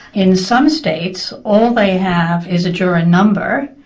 in some states all they have is a juror ah number,